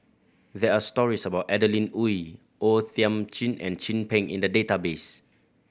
there are stories about Adeline Ooi O Thiam Chin and Chin Peng in the database